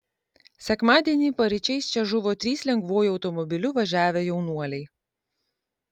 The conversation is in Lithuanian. sekmadienį paryčiais čia žuvo trys lengvuoju automobiliu važiavę jaunuoliai